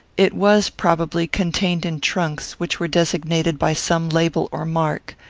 it was, probably, contained in trunks, which were designated by some label or mark.